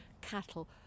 cattle